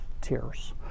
tears